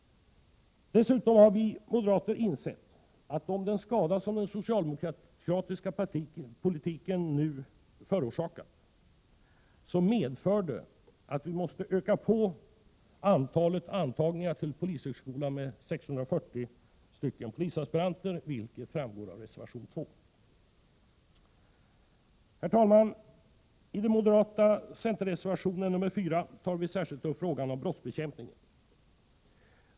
Dessutom har vi moderater insett att den skada som den socialdemokratiska politiken nu förorsakar medför att vi måste utöka antalet aspiranter som antas till polishögskolen så att de uppgår till 640, vilket framgår av reservation 2. Herr talman! I den gemensamma moderatoch centerreservationen 4 tar vi särskilt upp frågan om brottsbekämpningen.